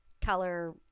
color